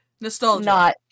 nostalgia